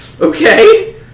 Okay